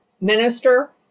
minister